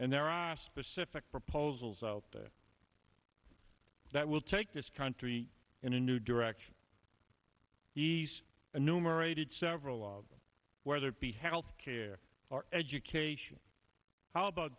and there are specific proposals out there that will take this country in a new direction he's a numerated several of whether it be health care or education how about